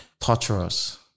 torturous